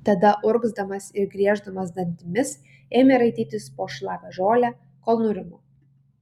tada urgzdamas ir grieždamas dantimis ėmė raitytis po šlapią žolę kol nurimo